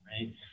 right